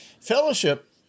fellowship